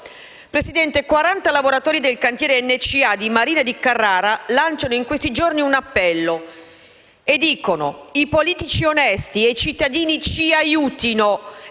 Presidente, 40 lavoratori del cantiere NCA di Marina di Carrara lanciano in questi giorni un appello e chiedono aiuto ai politici onesti e ai cittadini, aggiungendo